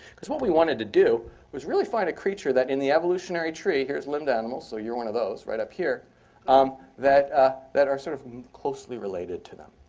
because what we wanted to do was really find a creature that in the evolutionary tree here's limbed animals. so you're one of those, right up here um that ah that are sort of closely related to them.